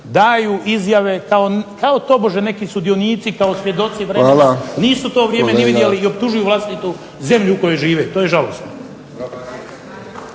daju izjave kao tobože neki sudionici, kao svjedoci vremena. Nisu to vrijeme ni vidjeli i optužuju vlastitu zemlju u kojoj žive. To je žalosno.